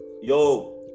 Yo